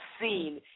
seen